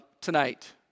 tonight